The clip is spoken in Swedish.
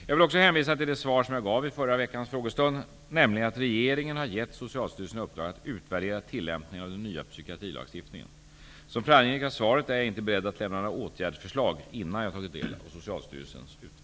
Jag vill också hänvisa till det svar som jag gav vid förra veckans frågestund, nämligen att regeringen har gett Socialstyrelsen i uppdrag att utvärdera tillämpningen av den nya psykiatrilagstiftningen. Som framgick av svaret är jag inte beredd att lämna några åtgärdförslag innan jag tagit del av